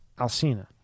Alcina